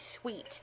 sweet